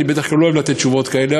אני בדרך כלל לא אוהב לתת תשובות כאלה,